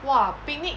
!wah! picnic